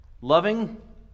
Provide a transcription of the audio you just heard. Loving